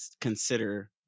consider